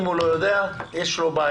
אם הוא לא יודע, יש לו בעיה.